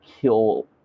kill